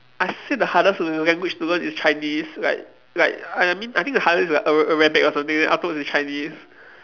I say the hardest err language to learn is Chinese like like I mean I think the hardest is a~ Arabic or something then afterwards is Chinese